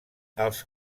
els